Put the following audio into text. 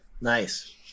Nice